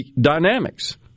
dynamics